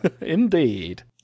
Indeed